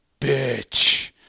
bitch